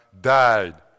died